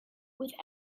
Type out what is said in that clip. with